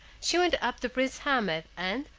she went up to prince ahmed, and,